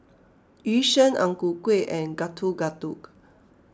Yu Sheng Ang Ku Kueh and Getuk Getuk